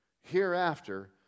hereafter